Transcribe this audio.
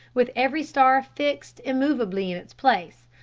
with every star fixed immovably in its place,